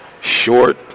Short